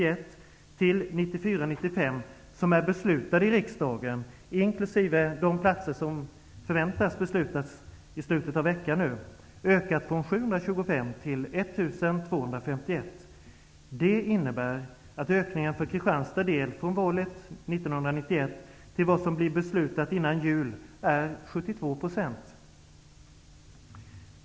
de platser som förväntas tillkomma genom beslutet i slutet av veckan -- från budgetåret 1990 95 har ökat från 725 till 1 251. Det innebär att ökningen för Kristianstads del, från valet 1991 till beslutet före jul, är 72 %.